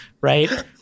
right